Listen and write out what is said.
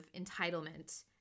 entitlement